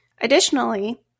Additionally